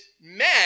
men